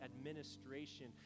administration